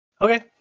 Okay